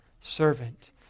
servant